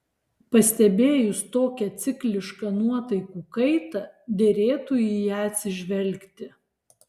pastebėjus tokią ciklišką nuotaikų kaitą derėtų į ją atsižvelgti